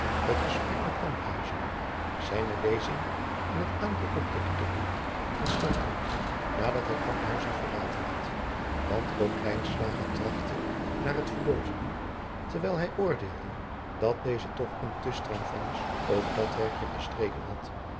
lijnslager sprek met kamphuyzen zijne lezing in het aangekochte liedeboek van starter nadat hij kamphuyzen verlaten had want ook lijnslager trachtte naar het verbodene terwijl hij oordeelde dat deze toch een te streng vonnis over dat werkje gestreken had